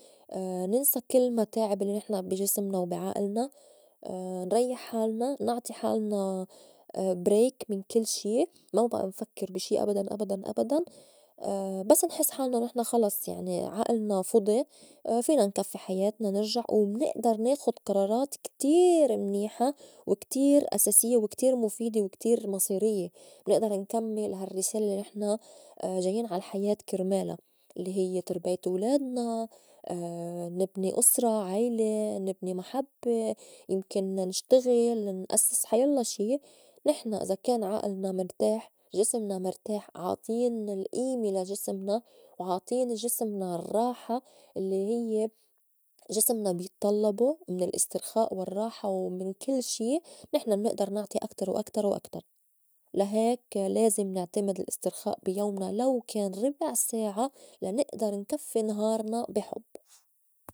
ننسى كل متاعب الّي نحن بي جسمنا وبي عئلنا، نريّح حالنا نعطي حالنا بريك من كل شي ما بئى نفكّر بي شي أبداً- أبداً- أبداً. بس نحس حالنا إنّو نحن خلص يعني عئلنا فُضي فينا نكفّي حياتنا نرجع. ومنئدر ناخُد قرارات كتير منيحة وكتير أساسيّة وكتير مُفيدة وكتير مصيريّة نئدر نكمّل هالرّسالة الّي نحن جاين عالحياة كرمالا الّي هيّ ترباية ولادنا، نبني أسرة عيلة، نبني محبّة، يمكن نشتغل نأسّس حيلّا شي نحن إذا كان عئلنا مرتاح، جسمنا مرتاح، عاطين الئيمة لا جسمنا وعاطين جسمنا الرّاحة الّي هيّ جسمنا بيطلّبو من الاسترخاء والرّاحة ومن كل شي نحن منئدر نعطي أكتر وأكتر وأكتر. لا هيك لازم نعتمد الأسترخاء بي يومنا لو كان ربع ساعة لا نئدر نكفّي نهارنا بي حُب.